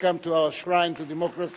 welcome to our shrine to democracy,